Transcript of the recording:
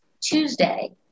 Tuesday